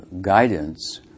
guidance